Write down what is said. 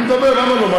אני מדבר, למה לא?